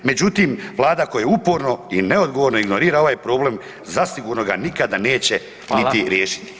Međutim, koja uporno i neodgovorno ignorira ovaj problem zasigurno ga nikada neće niti riješiti.